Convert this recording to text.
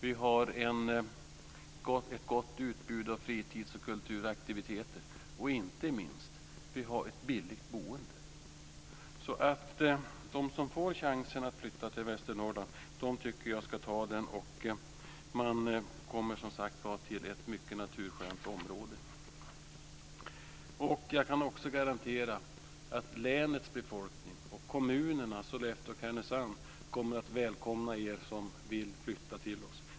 Vi har ett gott utbud av fritids och kulturaktiviteter och inte minst ett billigt boende, så de som får chansen att flytta till Västernorrland tycker jag ska ta den. De kommer som sagt var till ett mycket naturskönt område. Jag kan också garantera att länets befolkning och kommunerna Sollefteå och Härnösand kommer att välkomna er som vill flytta till oss.